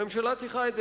הממשלה צריכה את זה,